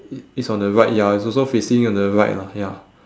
i~ is on the right ya it's also facing on the right lah ya